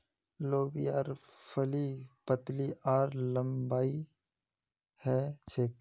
लोबियार फली पतली आर लम्बी ह छेक